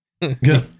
good